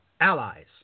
allies